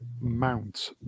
Mount